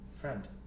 Friend